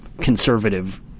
Conservative